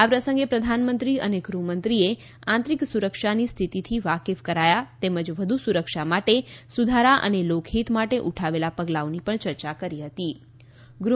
આ પ્રસંગે પ્રધાનમંત્રી અને ગૃહમંત્રીને આંતરીક સુરક્ષાની સ્થિતિથી વાકેફ કરાયા તેમજ વધુ સુરક્ષા માટે સુધારા અને લોકહિત માટે ઉઠાવેલા પગલાંઓની ચર્ચા પણ કરાઈ